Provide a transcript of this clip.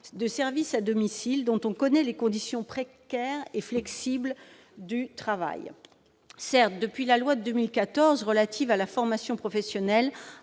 des services à domicile, dont on connaît les conditions précaires et flexibles de travail. Depuis la loi relative à la formation professionnelle,